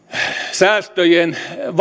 säästöjen